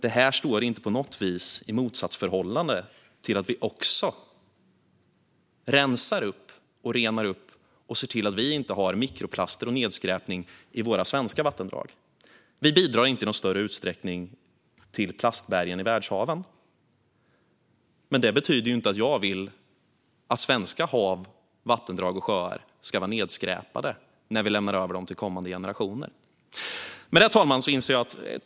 Det här står dock inte på något vis i motsatsförhållande till att vi också rensar och renar och ser till att vi inte har mikroplaster och nedskräpning i våra svenska vattendrag. Vi bidrar inte i någon större utsträckning till plastbergen i världshaven. Men det betyder inte att jag vill att svenska hav, vattendrag och sjöar ska vara nedskräpade när vi lämnar över dem till kommande generationer.